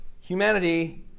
Humanity